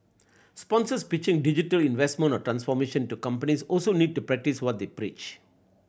sponsors pitching digital investment or transformation to companies also need to practice what they preach